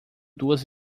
duas